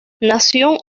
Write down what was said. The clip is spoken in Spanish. nació